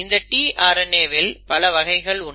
இந்த tRNA வில் பல வகைகள் உண்டு